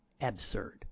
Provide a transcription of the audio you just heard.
absurd